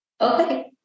okay